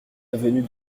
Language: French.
avenue